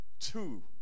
Two